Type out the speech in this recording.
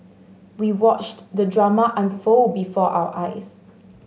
we watched the drama unfold before our eyes